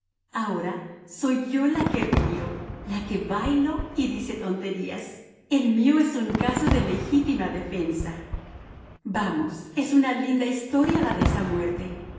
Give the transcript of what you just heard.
ahora soy yo la que río la que bailo y dice tonterías el mío es un caso de legítima defensa vamos es una linda historia la de esa muerte